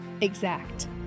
exact